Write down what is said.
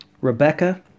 Rebecca